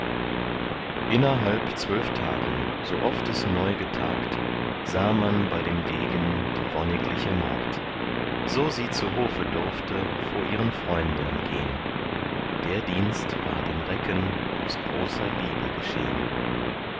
innerhalb zwölf tagen so oft es neu getagt sah man bei dem degen die wonnigliche magd so sie zu hofe durfte vor ihren freunden gehn der dienst war dem recken aus großer liebe geschehn